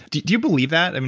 do you do you believe that? and